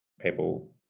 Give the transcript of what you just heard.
people